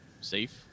safe